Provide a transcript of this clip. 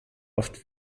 oft